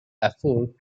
afoot